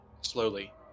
Slowly